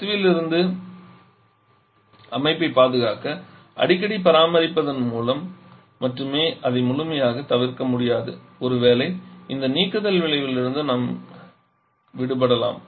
கசிவிலிருந்து அமைப்பைப் பாதுகாக்க அடிக்கடி பராமரிப்பதன் மூலம் மட்டுமே அதை முழுமையாகத் தவிர்க்க முடியாது ஒருவேளை இந்த நீக்குதல் விளைவிலிருந்து நாம் விடுபடலாம்